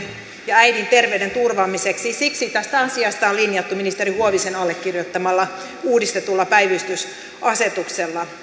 ja äidin terveyden turvaamiseksi tästä asiasta on linjattu ministeri huovisen allekirjoittamalla uudistetulla päivystysasetuksella